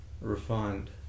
refined